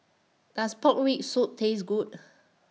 Does Pork Rib Soup Taste Good